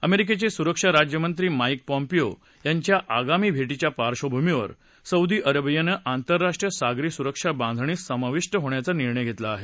अमेरिकेचे सुरक्षा राज्यमंत्री माईक पॉम्पीयो यांच्या आगामी भेटीच्या पार्धभूमीवर सौदी अरेबियानं आंतरराष्ट्रीय सागरी सुरक्षा बांधणीत समाविष्ट होण्याचा निर्णय घेतला आहे